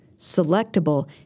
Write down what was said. selectable